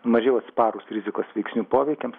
mažiau atsparūs rizikos veiksnių poveikiams